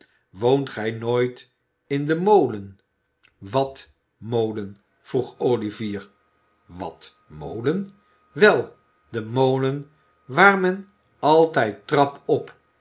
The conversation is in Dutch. woont gij nooit in den molen wat molen vroeg olivier wat molen wel de molen waar men altijd trap op